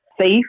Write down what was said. safe